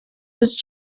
was